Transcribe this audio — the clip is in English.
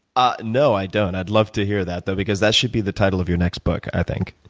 ah no, i don't. i'd love to hear that, though, because that should be the title of your next book, i think.